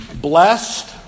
Blessed